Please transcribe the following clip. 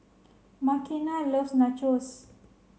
Makena loves Nachos